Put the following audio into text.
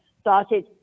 started